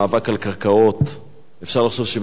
אפשר לחשוב שמדובר פה במאבק על נכסים.